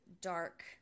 dark